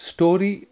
Story